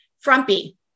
frumpy